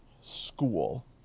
school